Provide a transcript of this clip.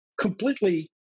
completely